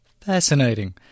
fascinating